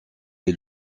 est